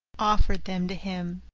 offered them to him,